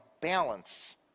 balance